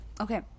okay